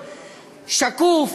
שקוף,